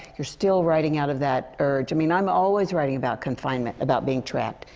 you're still writing out of that urge. i mean, i'm always writing about confinement. about being trapped.